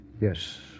Yes